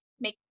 make